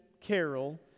Carol